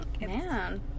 Man